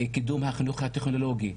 קידום החינוך הטכנולוגי,